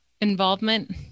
involvement